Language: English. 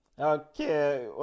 Okay